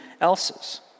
else's